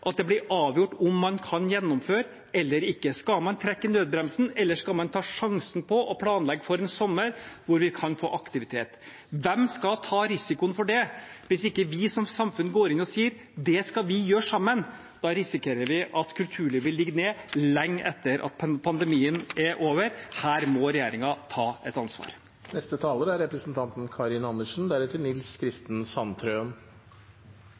at det blir avgjort om man kan gjennomføre eller ikke. Skal man trekke i nødbremsen, eller skal man ta sjansen på å planlegge for en sommer hvor vi kan få aktivitet? Hvem skal ta risikoen ved det? Hvis ikke vi som samfunn går inn og sier at det skal vi gjøre sammen, risikerer vi at kulturlivet ligger nede lenge etter at pandemien er over. Her må regjeringen ta et ansvar.